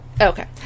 Okay